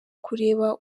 kureba